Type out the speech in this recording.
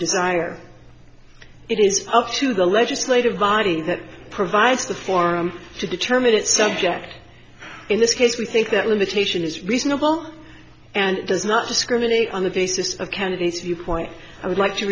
desire it is up to the legislative body that provides the forum to determine its subject in this case we think that limitation is reasonable and does not discriminate on the basis of candidates viewpoint i would like to